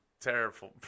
terrible